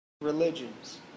religions